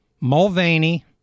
Mulvaney